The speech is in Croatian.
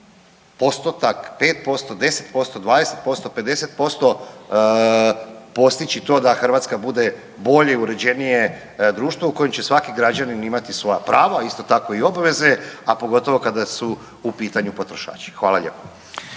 posto, pedeset posto postići to da Hrvatska bude bolje, uređenije društvo u kojem će svaki građanin imati svoja prava, a isto tako i obveze, a pogotovo kada su u pitanju potrošači. Hvala lijepa.